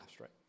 right